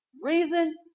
Reason